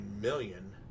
million